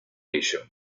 ello